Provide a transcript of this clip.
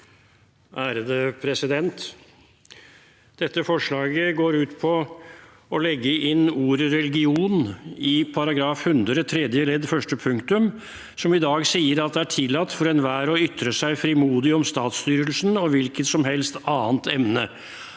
for saken): Dette forslaget går ut på å legge inn ordet «religion» i Grunnloven § 100 tredje ledd første punktum, som i dag sier at «det er tillatt for enhver å ytre seg frimodig om statsstyrelsen og hvilket som helst annet emne»,